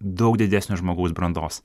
daug didesnio žmogaus brandos